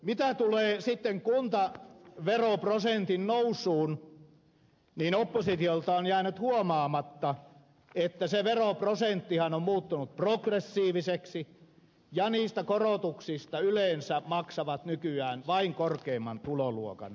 mitä tulee sitten kuntaveroprosentin nousuun niin oppositiolta on jäänyt huomaamatta että se veroprosenttihan on muuttunut progressiiviseksi ja niistä korotuksista yleensä maksavat nykyään vain korkeimman tuloluokan omaavat